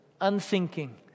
unthinking